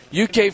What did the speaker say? UK